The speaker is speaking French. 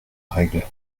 règle